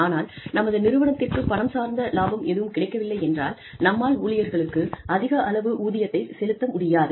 ஆனால் நமது நிறுவனத்திற்கு பணம் சார்ந்த லாபம் எதுவும் கிடைக்கவில்லை என்றால் நம்மால் ஊழியர்களுக்கு அதிக அளவு ஊதியத்தை செலுத்த முடியாது